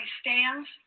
stands